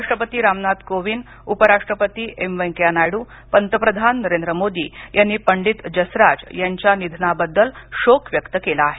राष्ट्रपती रामनाथ कोविंद उपराष्ट्रपती एम व्यंकय्या नायडू पंतप्रधान नरेंद्र मोदी यांनी पंडीत जसराज यांच्या निधनाबद्दल शोक व्यक्त केला आहे